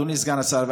אדוני סגן השר,